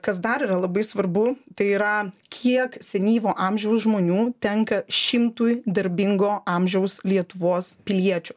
kas dar yra labai svarbu tai yra kiek senyvo amžiaus žmonių tenka šimtui darbingo amžiaus lietuvos piliečių